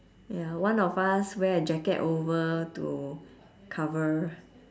ya one of us wear a jacket over to cover